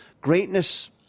Greatness